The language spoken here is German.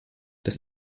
das